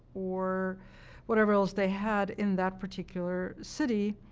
or whatever else they had in that particular city,